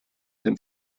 dem